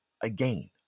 again